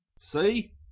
See